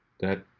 that